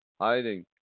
Hiding